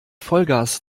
vollgas